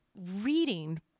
reading